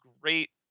great